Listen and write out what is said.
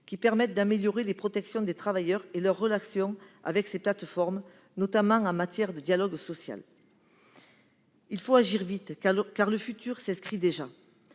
qui permettent d'améliorer les protections des travailleurs et leurs relations avec les plateformes, notamment en matière de dialogue social. Il faut agir vite, car le futur s'écrit déjà.